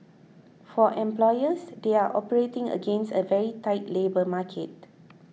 for employers they are operating against a very tight labour market